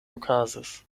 okazis